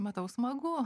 matau smagu